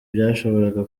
byashoboraga